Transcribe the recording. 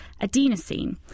adenosine